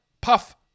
puff